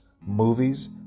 movies